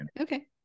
Okay